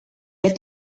get